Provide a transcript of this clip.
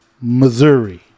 Missouri